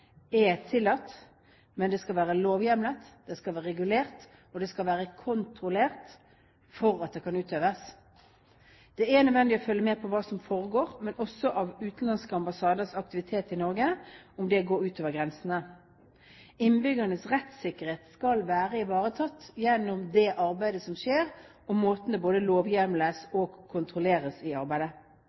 men det skal være lovhjemlet, det skal være regulert, og det skal være kontrollert for at det skal kunne utøves. Det er nødvendig å følge med på hva som foregår, også når det gjelder utenlandske ambassaders aktivitet i Norge – om det går utover grensene. Innbyggernes rettssikkerhet skal være ivaretatt gjennom det arbeidet som skjer, og metodene både lovhjemles og kontrolleres.